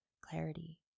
clarity